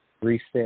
reset